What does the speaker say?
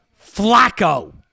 Flacco